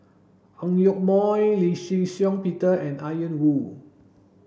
Ang Yoke Mooi Lee Shih Shiong Peter and Ian Woo